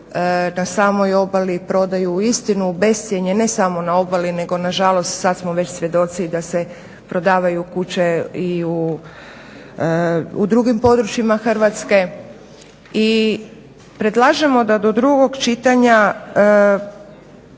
na samoj obali prodaju uistinu u bescijenje ne samo na obali nego na žalost sad smo već svjedoci da se prodavaju kuće i u drugim područjima Hrvatske. I predlažemo da do drugog čitanja